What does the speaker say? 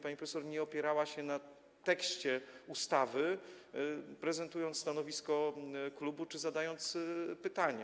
Pani profesor nie opierała się na tekście ustawy, prezentując stanowisko klubu czy zadając pytanie.